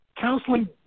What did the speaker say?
Counseling